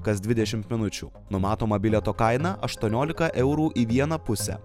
kas dvidešimt minučių numatoma bilieto kaina aštuoniolika eurų į vieną pusę